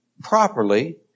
properly